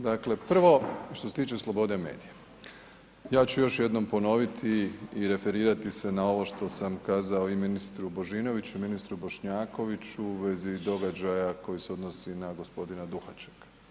Dakle, prvo, što se tiče slobode medija ja ću još jednom ponoviti i referirati se na ovo što sam kazao i ministru Božinoviću i ministru Bošnjakoviću u vezi događaja koji se odnosi na gospodina Duhačeka.